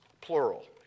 plural